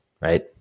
right